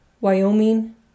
Wyoming